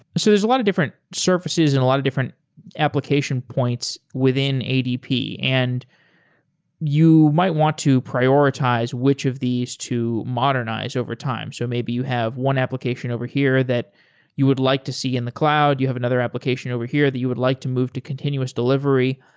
so there're a lot of different surfaces and a lot of different application points within adp, and you might want to prioritize which of these to modernize overtime. so maybe you have one application over here that you would like to see in the cloud. you have another application over here that you would like to move to continuous delivery.